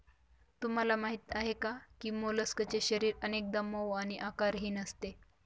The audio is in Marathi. तुम्हाला माहीत आहे का की मोलस्कचे शरीर अनेकदा मऊ आणि आकारहीन असते